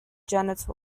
genitals